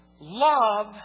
Love